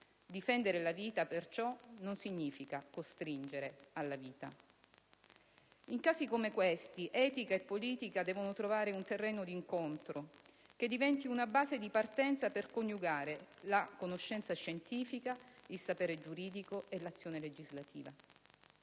Difendere la vita, perciò, non significa "costringere alla vita". In casi come questi, etica e politica devono trovare un terreno di incontro che diventi una base di partenza per coniugare la conoscenza scientifica, il sapere giuridico e l'azione legislativa.